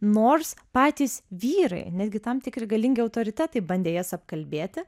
nors patys vyrai netgi tam tikri galingi autoritetai bandė jas apkalbėti